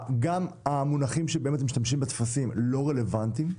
גם המונחים שבהם משתמשים בטפסים לא רלוונטיים,